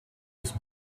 his